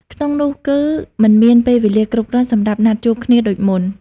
ក្នុងនោះគឺ មិនមានពេលវេលាគ្រប់គ្រាន់សម្រាប់ណាត់ជួបគ្នាដូចមុន។